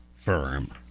firm